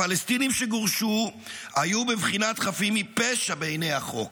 הפלסטינים שגורשו היו בבחינת חפים מפשע בעיני החוק,